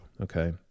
Okay